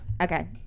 Okay